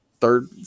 third